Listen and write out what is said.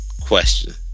Question